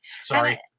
Sorry